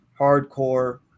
hardcore